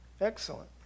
Excellent